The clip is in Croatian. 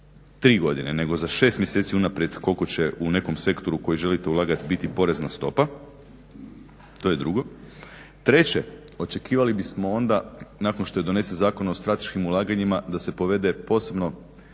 tri godine nego za šest mjeseci unaprijed koliko će u nekom sektoru u koji želite ulagati biti porezna stopa, to je drugo. Treće, očekivali bismo onda nakon što je donesen Zakon o strateškim ulaganjima da se povede posebno